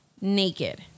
naked